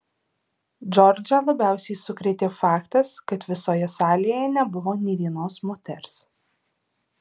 džordžą labiausiai sukrėtė faktas kad visoje salėje nebuvo nė vienos moters